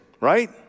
Right